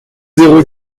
zéro